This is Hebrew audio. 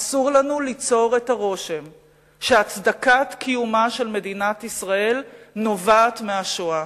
אסור לנו ליצור את הרושם שהצדקת קיומה של מדינת ישראל נובעת מהשואה.